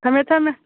ꯊꯝꯃꯦ ꯊꯝꯃꯦ